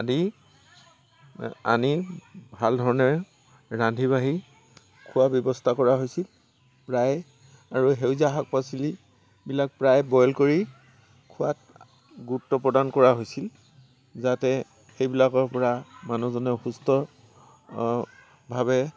আদি আনি ভাল ধৰণে ৰান্ধি বাঢ়ি খোৱাৰ ব্যৱস্থা কৰা হৈছিল প্ৰায় আৰু সেউজীয়া শাক পাচলিবিলাক প্ৰায় বইল কৰি খোৱাত গুৰুত্ব প্ৰদান কৰা হৈছিল যাতে সেইবিলাকৰপৰা মানুহজনে সুস্থভাৱে